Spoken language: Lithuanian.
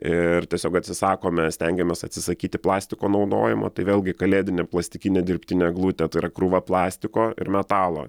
ir tiesiog atsisakome stengiamės atsisakyti plastiko naudojimo tai vėlgi kalėdinė plastikinė dirbtinė eglutė tai yra krūva plastiko ir metalo